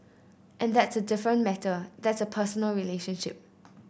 and that's a different matter that's a personal relationship